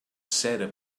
cera